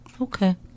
Okay